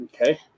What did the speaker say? Okay